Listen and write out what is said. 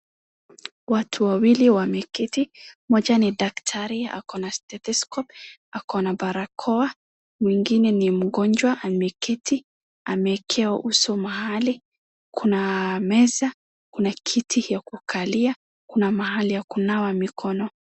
Watu wawili wameketi ,mmoja ni daktari ako na telescope ,ako na barakoa, mwingine ni mgonjwa ameketi, amewekewa uso mahali, kuna meza, kuna kiti ya kukalia ,kuna mahali kunawa mikono.